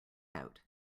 out